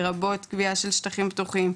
לרבות קביעה של שטחים פתוחים,